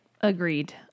agreed